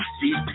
see